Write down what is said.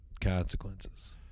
Consequences